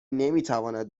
نمیتواند